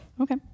okay